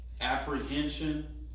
apprehension